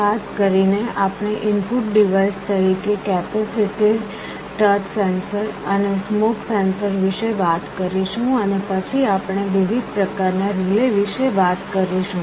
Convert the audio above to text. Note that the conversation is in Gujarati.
ખાસ કરીને આપણે ઇનપુટ ડિવાઇસ તરીકે કેપેસિટીવ ટચ સેન્સર અને સ્મોક સેન્સર વિશે વાત કરીશું અને પછી આપણે વિવિધ પ્રકાર ના રિલે વિશે વાત કરીશું